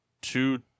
two